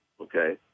okay